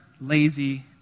lazy